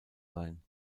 sein